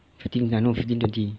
fifteen I know fifteen twenty